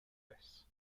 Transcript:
goddess